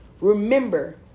Remember